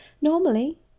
normally